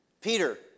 Peter